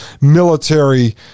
military